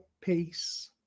peace